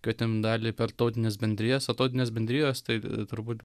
kvietėm dalį per tautines bendrijas o tautinės bendrijos tai turbūt